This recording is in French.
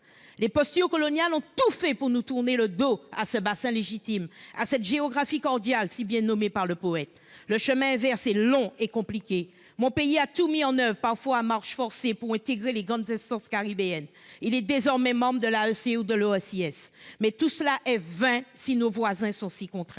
Les postures coloniales ont tout fait pour nous faire tourner le dos à ce bassin légitime, cette « géographie cordiale » si bien nommée par le poète. Le chemin inverse est long et compliqué. Mon pays a tout mis en oeuvre, parfois à marche forcée, pour intégrer les grandes instances caribéennes. Il est désormais membre de l'Association des États